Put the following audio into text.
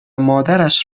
مادرش